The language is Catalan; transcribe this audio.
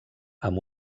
amb